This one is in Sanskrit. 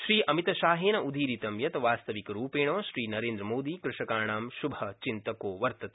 श्रीअमितशाहेन उदीरितं यत् वास्तविकरूपेण श्रीनरेन्द्रमोदी कृषकाणां शुभचिन्तको वर्तते